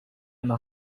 eine